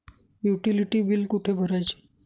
Utility बिले कुठे भरायची?